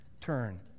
Turn